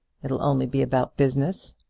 it'll only be about business.